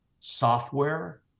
software